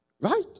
Right